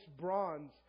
bronze